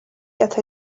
that